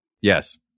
Yes